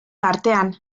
tartean